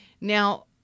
Now